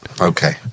Okay